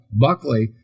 Buckley